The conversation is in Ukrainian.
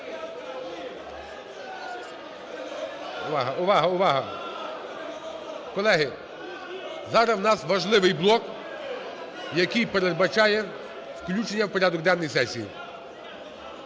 увага! Увага, увага! Колеги, зараз у нас важливий блок, який передбачає включення в порядок денний сесії…